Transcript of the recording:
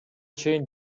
чейин